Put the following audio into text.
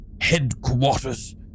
headquarters